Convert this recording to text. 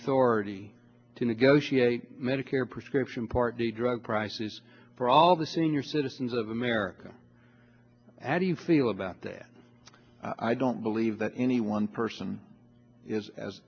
authority to negotiate medicare prescription part d drug prices for all the senior citizens of america adding feel about that i don't believe that any one person is as